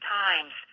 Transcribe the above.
times